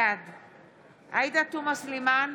בעד עאידה תומא סלימאן,